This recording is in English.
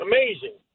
Amazing